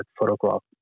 photograph